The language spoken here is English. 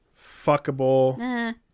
fuckable